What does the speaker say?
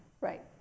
Right